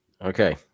Okay